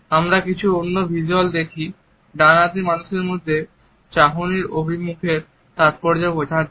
আমরা কিছু অন্য ভিজ্যুয়াল দেখি ডানহাতি মানুষের মধ্যে চাহনির অভিমুখের তাৎপর্য বোঝার জন্য